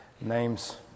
Names